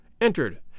entered